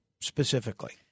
specifically